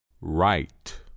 Right